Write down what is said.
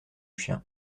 chien